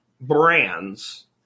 brands